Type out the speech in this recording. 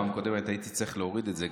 בפעם הקודמת הייתי צריך להוריד את זה.